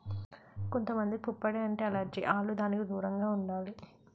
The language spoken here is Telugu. కొంత మందికి పుప్పొడి అంటే ఎలెర్జి ఆల్లు దానికి దూరంగా ఉండాలి